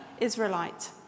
Israelite